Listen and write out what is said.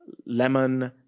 lemon,